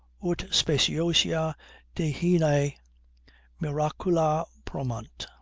ut speciosa dehine miracula promant.